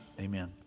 Amen